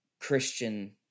Christian